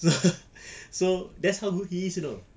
so so that's how good he is you know